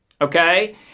Okay